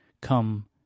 come